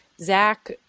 Zach